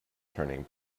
turning